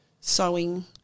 sewing